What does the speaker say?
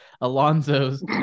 Alonzo's